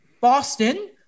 Boston